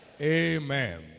Amen